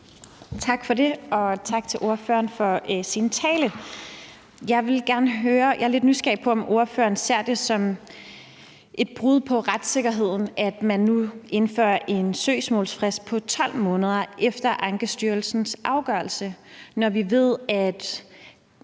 Tak for det. Og tak til ordføreren for talen. Jeg er lidt nysgerrig på at høre, om ordføreren ser det som et brud på retssikkerheden, at man nu indfører en søgsmålsfrist på 12 måneder efter Ankestyrelsens afgørelse, når vi ved, at